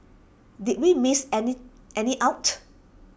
did we miss any any out